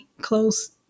close